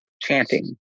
chanting